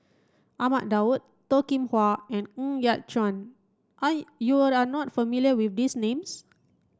Ahmad Daud Toh Kim Hwa and Ng Yat Chuan you are not familiar with these names